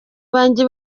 banjye